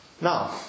Now